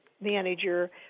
manager